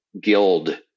guild